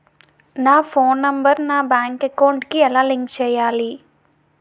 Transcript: నా phone number నా bank account కి ఎలా లింక్ చేయాలి?